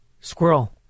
Squirrel